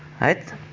Right